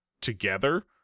together